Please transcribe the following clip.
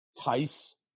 Tice